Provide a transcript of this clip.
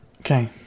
Okay